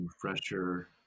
Fresher